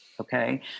Okay